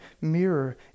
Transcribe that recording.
mirror